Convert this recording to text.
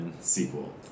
sequel